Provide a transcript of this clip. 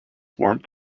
warmth